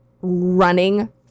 running